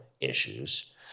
issues